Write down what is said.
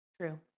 True